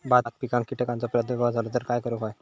भात पिकांक कीटकांचो प्रादुर्भाव झालो तर काय करूक होया?